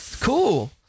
Cool